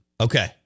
Okay